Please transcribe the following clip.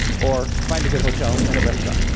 or find a good hotel and a restaurant.